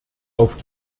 auf